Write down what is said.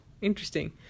interesting